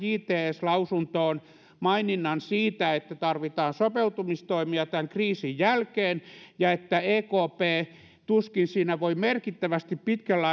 jts lausuntoon maininnan siitä että tarvitaan sopeutumistoimia tämän kriisin jälkeen ja että ekp tuskin siinä voi merkittävästi pitkällä